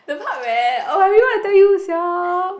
the part where oh I really want to tell you sia